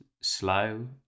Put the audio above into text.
slow